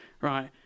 right